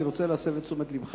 אני רוצה להסב את תשומת לבך,